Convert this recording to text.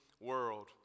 World